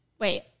Wait